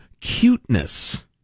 cuteness